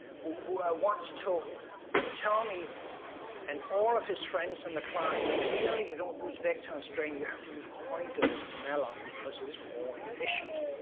who wants to tell me and all of his friends in the class that really you don't use vector and string. you have to use pointers and malloc because it's more efficient.